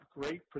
great